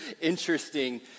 interesting